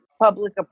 public